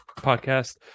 podcast